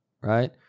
right